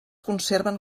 conserven